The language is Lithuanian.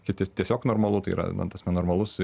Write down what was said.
kiti tiesiog normalu tai yra na tas nenormalus